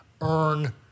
earn